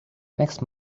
next